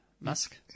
Musk